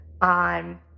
on